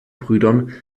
brüdern